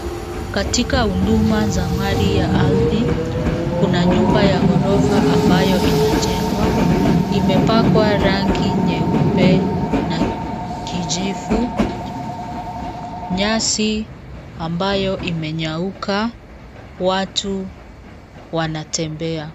Katika huduma za mali ya ardhi, kuna nyumba ya ghorofa ambayo inajengwa. Imepakwa rangi nyeupe na kijivu. Nyasi ambayo imenyauka. Watu wanatembea.